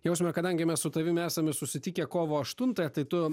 jausme kadangi mes su tavim esame susitikę kovo aštuntąją tai tu